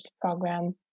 program